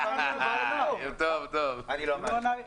אנחנו רוצים לדעת מה קורה אם הבנקים לא מאשרים את הלוואה.